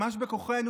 ממש בכוחנו,